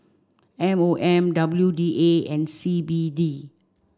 M O M W D A and C B D